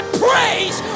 praise